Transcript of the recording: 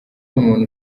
umuntu